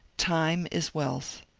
time is wealth.